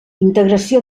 integració